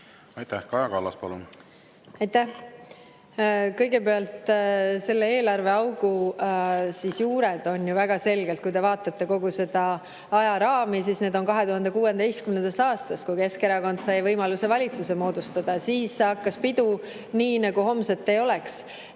õigesse kohta panete! Aitäh! Kõigepealt, selle eelarveaugu juured on ju väga selged – kui te vaatate kogu seda ajaraami, siis need on 2016. aastas, kui Keskerakond sai võimaluse valitsus moodustada. Siis hakkas pidu, nii nagu homset ei oleks.